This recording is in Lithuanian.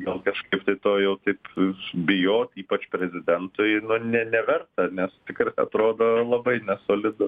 gal kažkaip tai to jau taip bijot ypač prezidentui nu ne neverta nes tikrai atrodo labai nesolidu